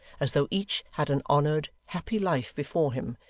as though each had an honoured, happy life before him,